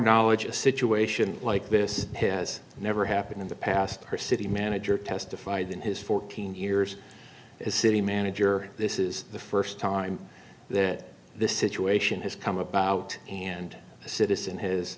knowledge a situation like this has never happened in the past her city manager testified in his fourteen years as city manager this is the first time that this situation has come about and a citizen has